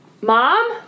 Mom